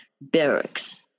barracks